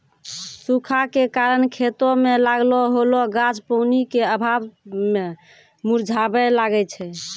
सूखा के कारण खेतो मे लागलो होलो गाछ पानी के अभाव मे मुरझाबै लागै छै